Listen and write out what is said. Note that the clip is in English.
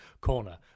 corner